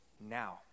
now